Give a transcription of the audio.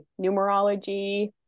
numerology